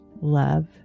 Love